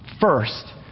first